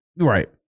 Right